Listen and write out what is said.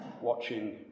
watching